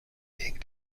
gegen